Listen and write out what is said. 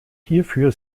hierfür